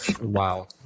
Wow